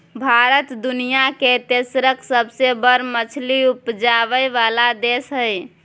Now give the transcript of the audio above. भारत दुनिया के तेसरका सबसे बड़ मछली उपजाबै वाला देश हय